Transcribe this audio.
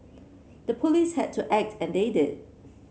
the police had to act and they did